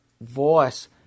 voice